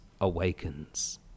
Awakens